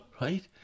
right